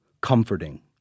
comforting